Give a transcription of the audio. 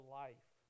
life